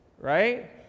Right